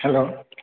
hello